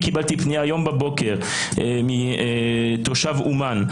קיבלתי פנייה הבוקר מתושב אומן,